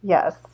Yes